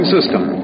System